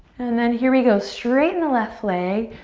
and then here we go. straighten the left leg.